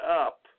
up